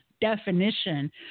definition